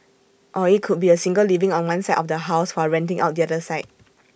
or IT could be A single living on one side of the house while renting out the other side